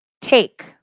take